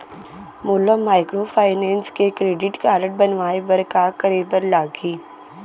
मोला माइक्रोफाइनेंस के क्रेडिट कारड बनवाए बर का करे बर लागही?